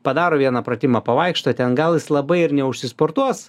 padaro vieną pratimą pavaikšto ten gal jis labai ir neužsisportuos